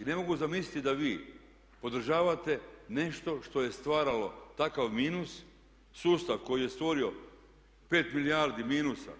I ne mogu zamisliti da vi podržavate nešto što je stvaralo takav minus, sustav koji je stvorio 5 milijardi minusa